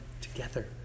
together